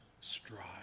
strive